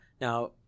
Now